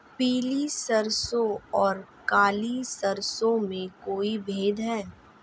पीली सरसों और काली सरसों में कोई भेद है?